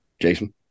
Jason